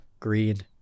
green